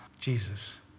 Jesus